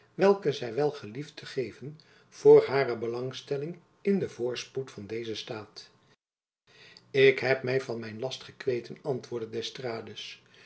welke zy wel gelieft te geven voor hare belangstelling in den voorspoed van dezen staat ik heb my van mijn last gekweten antwoordde d'estrades